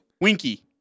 Winky